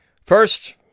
First